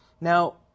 Now